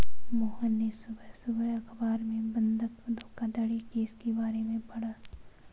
मोहन ने सुबह सुबह अखबार में बंधक धोखाधड़ी केस के बारे में पढ़ा